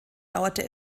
dauerte